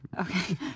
Okay